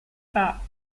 pas